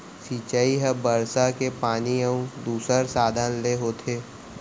सिंचई ह बरसा के पानी अउ दूसर साधन ले होथे